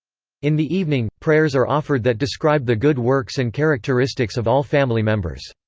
in the evening, prayers are offered that describe the good works and characteristics of all family members.